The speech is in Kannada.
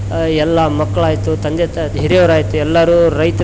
ಎಲ್ಲ ಮಕ್ಳು ಆಯಿತು ತಂದೆ ತಾಯಿ ಹಿರಿಯೋರು ಆಯಿತು ಎಲ್ಲರು ರೈತ್ರು